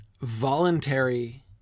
voluntary